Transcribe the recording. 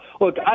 look